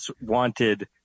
wanted